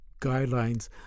guidelines